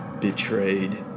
Betrayed